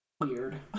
weird